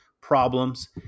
problems